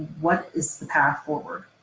what is the path forward?